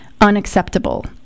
unacceptable